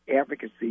advocacy